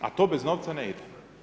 A to bez novca ne ide.